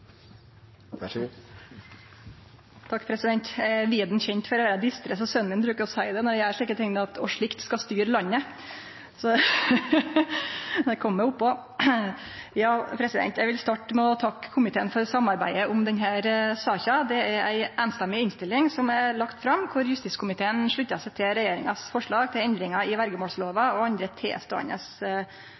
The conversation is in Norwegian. distré, så når eg gjer slike ting, bruker sonen min å seie: «og slikt skal styre landet!». Eg vil starte med å takke komiteen for samarbeidet om denne saka. Det er ei samrøystes innstilling som er lagd fram, der justiskomiteen sluttar seg til regjeringas forslag til endringar i verjemålslova og andre